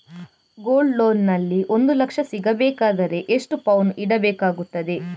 Gold loan ನಲ್ಲಿ ಒಂದು ಲಕ್ಷ ಸಿಗಬೇಕಾದರೆ ಎಷ್ಟು ಪೌನು ಇಡಬೇಕಾಗುತ್ತದೆ?